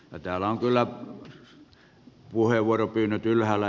täällä ovat kyllä puheenvuoropyynnöt ylhäällä